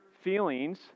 feelings